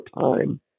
time